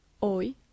hoy